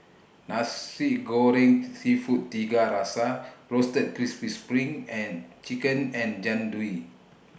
Nasi Goreng Seafood Tiga Rasa Roasted Crispy SPRING and Chicken and Jian Dui